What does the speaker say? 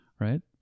Right